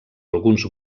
alguns